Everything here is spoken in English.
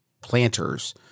planters